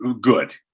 good